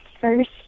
first